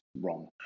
wrong